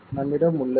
நம்மிடம் உள்ளது